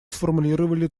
сформулировали